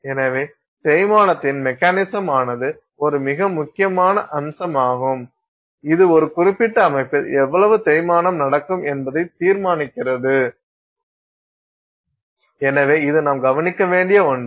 எனவே தேய்மானத்தின் மெக்கானிசம் ஆனது ஒரு மிக முக்கியமான அம்சமாகும் இது ஒரு குறிப்பிட்ட அமைப்பில் எவ்வளவு தேய்மானம் நடக்கும் என்பதை தீர்மானிக்கிறது எனவே இது நாம் கவனிக்க வேண்டிய ஒன்று